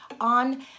on